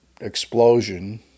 explosion